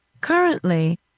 Currently